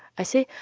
i said,